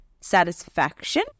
satisfaction